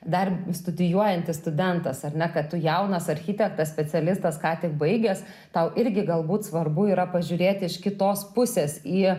dar studijuojantis studentas ar ne kad tu jaunas architektas specialistas ką tik baigęs tau irgi galbūt svarbu yra pažiūrėt iš kitos pusės į